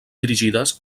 dirigides